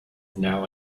now